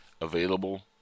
available